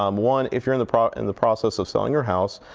um one, if you're in the process and the process of selling your house,